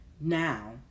now